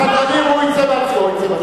הסדרנים, הוא יצא בעצמו.